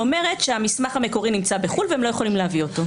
שאומרת שהמסמך המקורי נמצא בחו"ל והם לא יכולים להביא אותו.